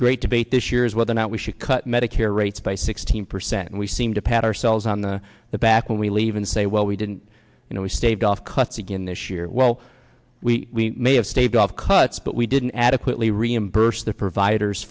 great debate this year is whether or not we should cut medicare rates by sixteen percent and we seem to pat ourselves on the the back when we leave and say well we didn't you know we staved off cust again this year well we may have staved off cuts but we didn't adequately reimburse the providers